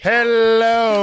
Hello